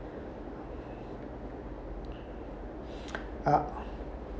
yup